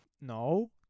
No